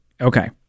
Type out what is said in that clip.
Okay